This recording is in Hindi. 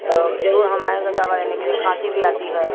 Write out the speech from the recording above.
तो जरूर हम आऍंगे दवा लेने के लिए खाँसी भी आती है